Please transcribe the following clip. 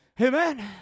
Amen